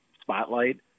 spotlight